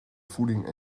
voeding